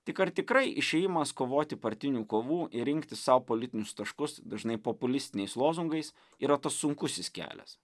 tik ar tikrai išėjimas kovoti partinių kovų ir rinkti sau politinius taškus dažnai populistiniais lozungais yra tas sunkusis kelias